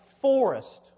forest